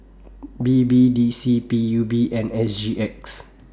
B B D C P U B and S G X